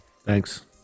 Thanks